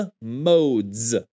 modes